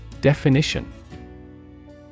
Definition